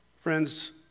Friends